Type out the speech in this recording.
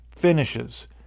finishes